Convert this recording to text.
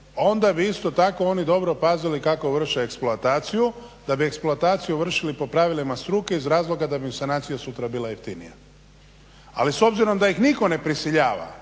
onda bi isto tako oni dobro pazili kako vrše eksploataciju. Da bi eksploataciju vršili po pravilima struke iz razloga da bi im sanacija sutra bila jeftinija. Ali s obzirom da ih nitko ne prisiljava